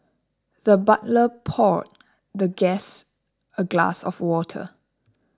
the butler poured the guest a glass of water